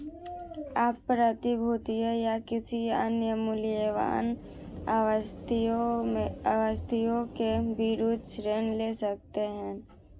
आप प्रतिभूतियों या किसी अन्य मूल्यवान आस्तियों के विरुद्ध ऋण ले सकते हैं